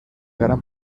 gran